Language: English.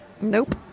Nope